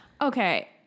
Okay